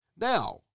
Now